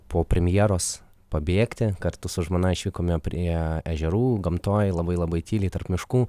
po premjeros pabėgti kartu su žmona išvykome prie ežerų gamtoj labai labai tyliai tarp miškų